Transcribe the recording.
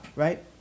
Right